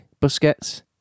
Busquets